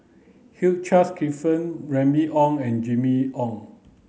Hugh Charles Clifford Remy Ong and Jimmy Ong